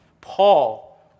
Paul